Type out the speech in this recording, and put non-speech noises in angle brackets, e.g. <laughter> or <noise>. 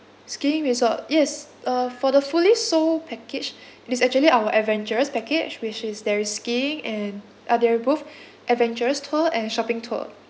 skiing resort yes uh for the fully seoul package it is actually our adventurous package which is there is skiing and uh they're both <breath> adventurous tour and shopping tour